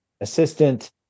assistant